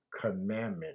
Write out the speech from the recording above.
commandment